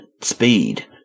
speed